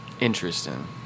Interesting